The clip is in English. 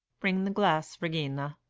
bring the glass, regina.